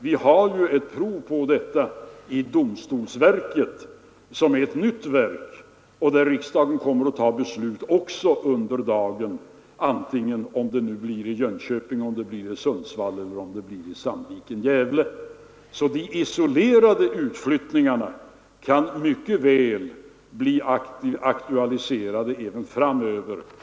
Vi har ett exempel på det i domstolsverket. Det är ett nytt verk, och riksdagen kommer under dagens lopp att fatta beslut om utflyttning av det verket till Jönköping, Sundsvall eller Sandviken-Gävle. Sådana isolerade utflyttningar av ett verk kan mycket väl bli aktualiserade även framledes.